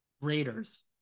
raiders